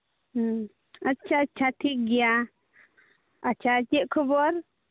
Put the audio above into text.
ᱦᱮᱸ ᱟᱪᱪᱷᱟ ᱟᱪᱪᱷᱟ ᱴᱷᱤᱠ ᱜᱮᱭᱟ ᱟᱪᱪᱷᱟ ᱪᱮᱫ ᱠᱷᱚᱵᱚᱨ